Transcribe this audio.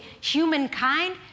humankind